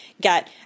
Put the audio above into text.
get